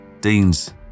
Deans